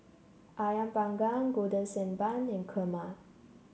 ayam Panggang Golden Sand Bun and Kurma